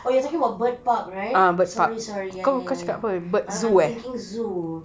oh you talking about bird park right sorry sorry ya ya ya I'm thinking zoo